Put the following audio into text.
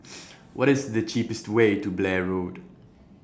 What IS The cheapest Way to Blair Road